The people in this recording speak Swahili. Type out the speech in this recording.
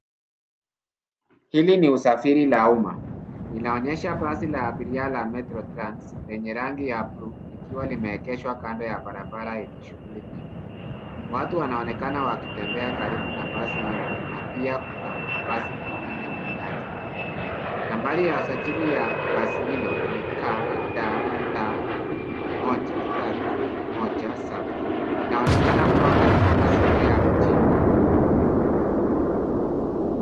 Huu ni usafiri wa umma. Unaonyesha basi la abiria la Metro Trans lenye rangi ya buluu likiwa limeegeshwa kando ya barabara yenye shughuli nyingi. Watu wanaonekana wakitembea karibu na basi hilo, na pia kuna mabasi mengine nyuma yake. Namba ya usafiri ya basi hilo ni KDA 1317. Inaonekana kuwa katika mazingira ya mjini.